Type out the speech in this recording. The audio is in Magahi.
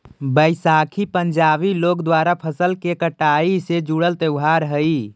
बैसाखी पंजाबी लोग द्वारा फसल के कटाई से जुड़ल त्योहार हइ